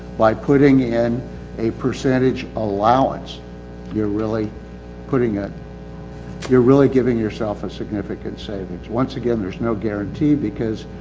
by putting in a percentage allowance you're really putting a you're really giving yourself a significant savings. once again there's no guarantee because.